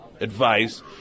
Advice